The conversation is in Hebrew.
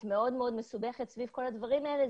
מאוד מאוד מסובכת סביב כל הדברים האלה,